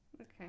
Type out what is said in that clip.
okay